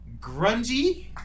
grungy